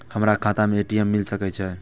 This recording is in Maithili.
हमर खाता में ए.टी.एम मिल सके छै?